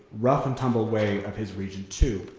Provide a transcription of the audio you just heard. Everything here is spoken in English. rough and tumble way of his region too,